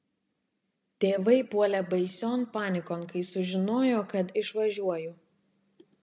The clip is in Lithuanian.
tėvai puolė baision panikon kai sužinojo kad išvažiuoju